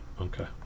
okay